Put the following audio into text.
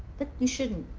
but you shouldn't.